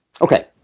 Okay